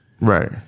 Right